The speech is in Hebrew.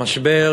המשבר